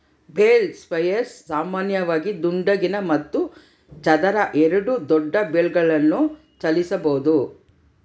bale spears ಸಾಮಾನ್ಯವಾಗಿ ದುಂಡಗಿನ ಮತ್ತು ಚದರ ಎರಡೂ ದೊಡ್ಡ ಬೇಲ್ಗಳನ್ನು ಚಲಿಸಬೋದು